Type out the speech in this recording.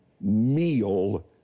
meal